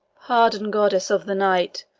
pardon, goddess of the night,